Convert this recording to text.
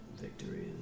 victory